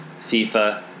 FIFA